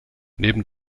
neben